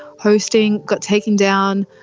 hosting got taken down.